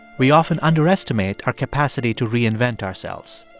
we often underestimate our capacity to reinvent ourselves